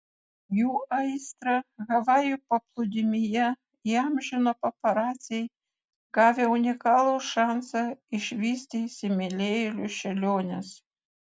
jų aistrą havajų paplūdimyje įamžino paparaciai gavę unikalų šansą išvysti įsimylėjėlių šėliones